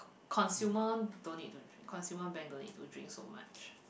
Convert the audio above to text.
consumer don't need to drink consumer bank don't need to drink so much